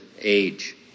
age